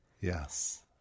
Yes